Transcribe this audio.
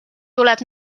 tuleb